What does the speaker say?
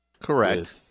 Correct